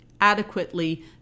adequately